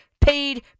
paid